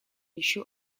еще